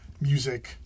music